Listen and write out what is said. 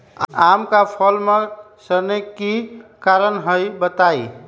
आम क फल म सरने कि कारण हई बताई?